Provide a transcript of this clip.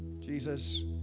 Jesus